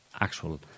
actual